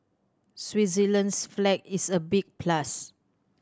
Switzerland's flag is a big plus